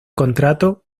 contrato